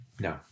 No